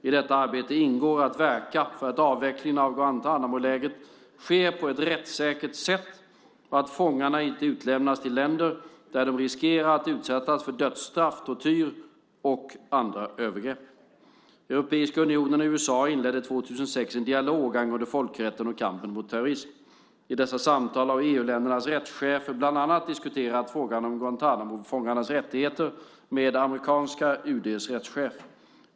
I detta arbete ingår att verka för att avvecklingen av Guantánamolägret sker på ett rättssäkert sätt och att fångarna inte utlämnas till länder där de riskerar att utsättas för dödsstraff, tortyr och andra övergrepp. Europeiska unionen och USA inledde 2006 en dialog angående folkrätten och kampen mot terrorismen. I dessa samtal har EU-ländernas rättschefer bland annat diskuterat frågan om Guantánamofångarnas rättigheter med amerikanska UD:s rättschef.